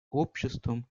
обществом